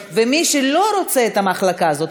ומי שלא רוצה את המחלקה הזאת,